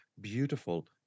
beautiful